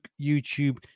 YouTube